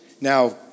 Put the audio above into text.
Now